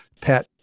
pet